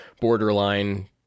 borderline